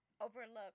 overlook